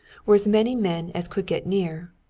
were as many men as could get near.